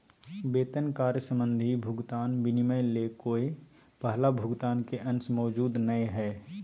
वेतन कार्य संबंधी भुगतान विनिमय ले कोय पहला भुगतान के अंश मौजूद नय हइ